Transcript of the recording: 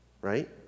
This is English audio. Right